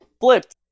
flipped